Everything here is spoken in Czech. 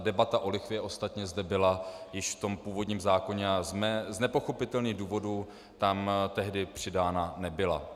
Debata o lichvě ostatně zde byla již v původním zákoně a z nepochopitelných důvodů tam tehdy přidána nebyla.